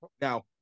Now